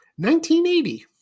1980